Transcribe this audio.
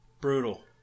Brutal